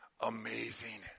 Amazing